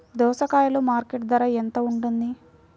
దోసకాయలు మార్కెట్ ధర ఎలా ఉంటుంది?